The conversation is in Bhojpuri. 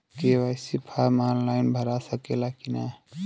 के.वाइ.सी फार्म आन लाइन भरा सकला की ना?